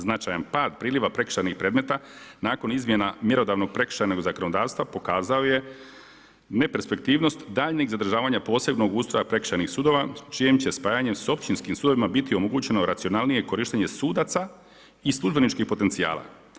Značajan pad priljeva prekršajnih predmeta, nakon izmjena mjerodavnog prekršajnog zakonodavstva pokazao je neperspektivnost daljnjeg zadržavanja posebnog ustroja prekršajnih sudova čijim će spajanjem s općinskim sudovima biti omogućeno racionalnije korištenje sudaca i službeničkih potencijala.